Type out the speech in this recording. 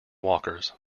walkers